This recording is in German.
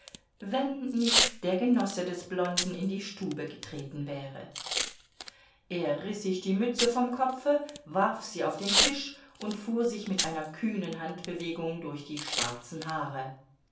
wenn nicht der genosse des blonden in die stube getreten wäre er riß sich die mütze vom kopfe warf sie auf den tisch und fuhr sich mit einer kühnen handbewegung durch die schwarzen haare